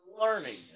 learning